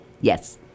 Yes